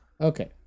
Okay